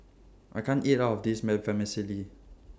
I can't eat All of This